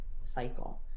cycle